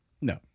No